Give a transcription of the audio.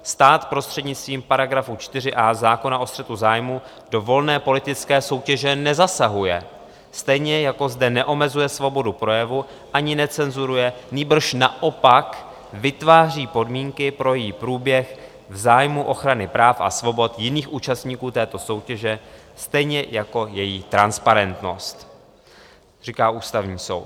Stát prostřednictvím § 4a zákona o střetu zájmů do volné politické soutěže nezasahuje, stejně jako zde neomezuje svobodu projevu ani necenzuruje, nýbrž naopak vytváří podmínky pro její průběh v zájmu ochrany práv a svobod jiných účastníků této soutěže, stejně jako její transparentnost, říká Ústavní soud.